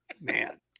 Man